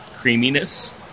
creaminess